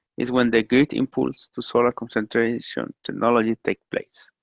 is when the great impulse to solar concentration technologies take place.